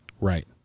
Right